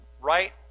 right